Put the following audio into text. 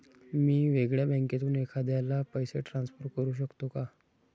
मी वेगळ्या बँकेतून एखाद्याला पैसे ट्रान्सफर करू शकतो का?